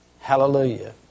Hallelujah